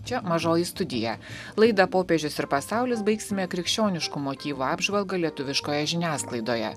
čia mažoji studija laidą popiežius ir pasaulis baigsime krikščioniškų motyvų apžvalga lietuviškoje žiniasklaidoje